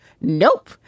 nope